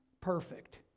Perfect